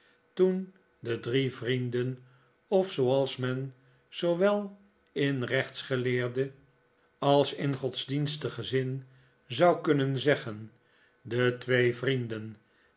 toen de drie vrientumult in de turkenkop den of zooals men zoowel in rechtsgeleerden als godsdienstigen zin zou kunnen zeggen de twee vrienden